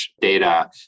data